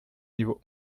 niveau